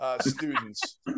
students